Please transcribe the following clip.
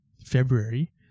February